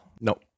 no